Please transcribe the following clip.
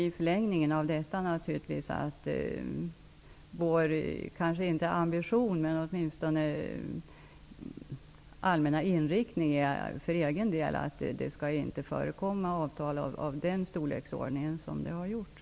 I förlängningen av detta resonemang ligger naturligtvis att det är, om inte vår ambition, i varje fall vår allmänna inriktning att det inte skall träffas avtal i den storleksordning som det nu har gjorts.